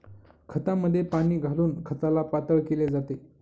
खतामध्ये पाणी घालून खताला पातळ केले जाते